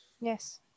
Yes